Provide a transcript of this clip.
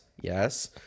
yes